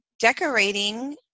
decorating